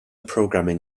programming